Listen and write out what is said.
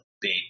big